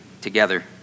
together